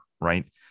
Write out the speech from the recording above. right